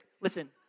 Listen